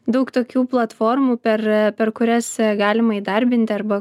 daug tokių platformų per kurias galima įdarbinti arba